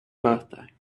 birthday